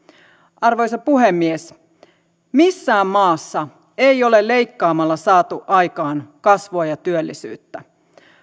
arvoisa puhemies missään maassa ei ole leikkaamalla saatu aikaan kasvua ja työllisyyttä